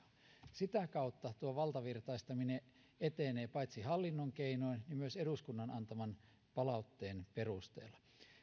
sitä kautta tuo valtavirtaistaminen etenee paitsi hallinnon keinoin myös eduskunnan antaman palautteen perusteella